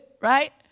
right